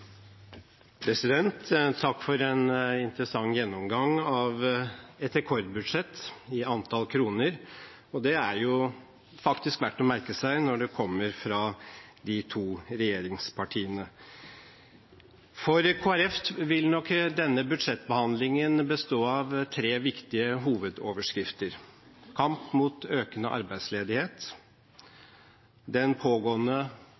verdt å merke seg når det kommer fra de to regjeringspartiene. For Kristelig Folkeparti vil nok denne budsjettbehandlingen bestå av tre viktige hovedoverskrifter: kamp mot økende arbeidsledighet, den pågående